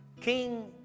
King